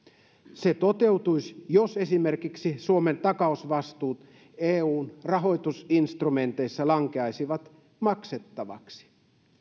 se toteutuisi jos esimerkiksi suomen takausvastuut eun rahoitusinstrumenteissa lankeaisivat maksettaviksi